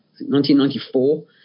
1994